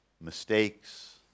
mistakes